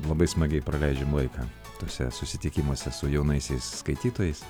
labai smagiai praleidžiam laiką tuose susitikimuose su jaunaisiais skaitytojais